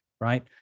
right